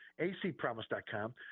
acpromise.com